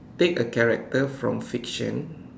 take a character from fiction